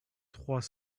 trois